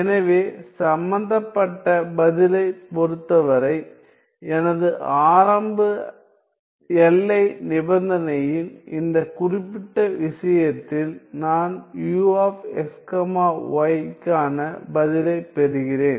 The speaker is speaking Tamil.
எனவேசம்பந்தப்பட்ட பதிலைப் பொருத்தவரை எனது ஆரம்ப எல்லை நிபந்தனையின் இந்த குறிப்பிட்ட விஷயத்தில் நான் u x y க்கான பதிலைப் பெறுகிறேன்